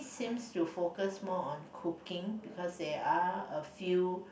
seems to focus more on cooking because there are a few